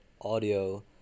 audio